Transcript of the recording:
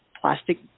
plastic